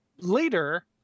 later